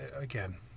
again